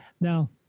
Now